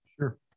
Sure